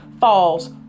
falls